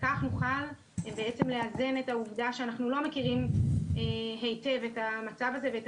וכך יוכל לאזן את העובדה שאנחנו לא מכירים היטב את המצב הזה ואת